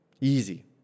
Easy